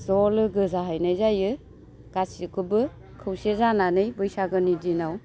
ज' लोगो जाहैनाय जायो गासिखौबो खौसे जानानै बैसागोनि दिनाव